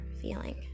feeling